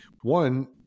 one